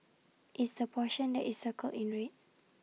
it's the portion that is circled in red